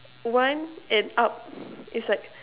one and up is like